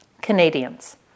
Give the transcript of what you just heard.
Canadians